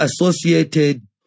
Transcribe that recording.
associated